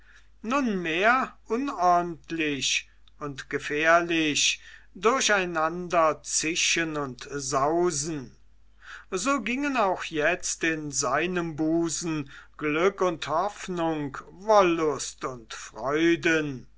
nunmehr unordentlich und gefährlich durcheinander zischen und sausen so gingen auch jetzt in seinem busen glück und hoffnung wollust und freuden